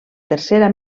tercera